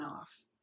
off